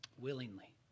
willingly